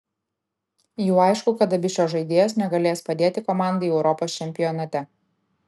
jau aišku kad abi šios žaidėjos negalės padėti komandai europos čempionate